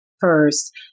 first